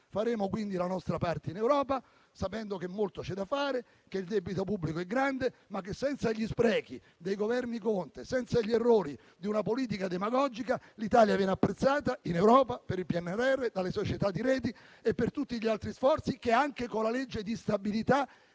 Faremo quindi la nostra parte in Europa, sapendo che molto c'è da fare, che il debito pubblico è grande, ma che senza gli sprechi dei Governi Conte, senza gli errori di una politica demagogica, l'Italia viene apprezzata in Europa, per il PNRR, dalle società di *rating* e per tutti gli altri sforzi che anche con la legge di stabilità